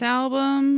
album